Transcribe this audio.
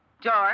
George